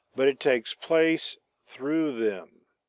but it takes place through them.